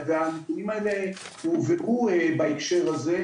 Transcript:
והנתונים האלה הועברו בהקשר הזה.